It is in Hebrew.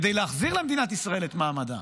כדי להחזיר למדינת ישראל את מעמדה,